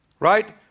right?